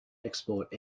export